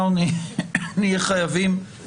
האומר כמה פעמים הסעיף הזה,